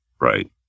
right